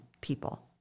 people